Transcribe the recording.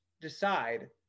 decide